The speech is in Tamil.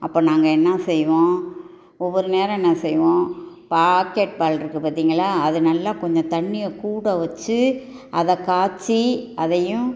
அப்போ நாங்கள் என்ன செய்வோம் ஒவ்வொரு நேரம் என்ன செய்வோம் பாக்கெட் பால் இருக்குது பார்த்தீங்களா அது நல்லா கொஞ்சம் தண்ணீய கூட வச்சு அதை காய்ச்சி அதையும்